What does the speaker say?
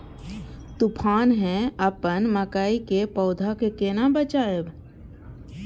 तुफान है अपन मकई के पौधा के केना बचायब?